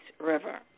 River